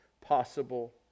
possible